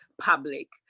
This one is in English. public